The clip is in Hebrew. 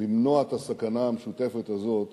למנוע את הסכנה המשותפת הזאת